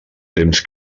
temps